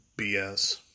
BS